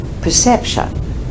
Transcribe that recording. perception